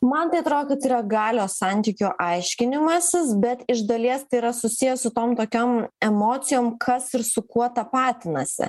man tai atrodo kad tai yra galios santykių aiškinimasis bet iš dalies tai yra susiję su tom tokiom emocijom kas ir su kuo tapatinasi